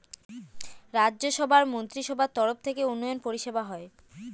রাজ্য সভার মন্ত্রীসভার তরফ থেকে উন্নয়ন পরিষেবা হয়